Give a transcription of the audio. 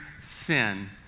sin